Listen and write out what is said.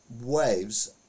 waves